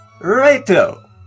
Righto